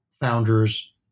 founders